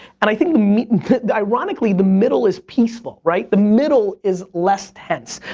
and i mean ironically, the middle is peaceful, right? the middle is less tense.